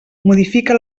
modifica